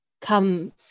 come